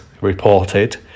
reported